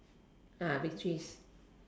ah victories